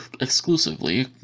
exclusively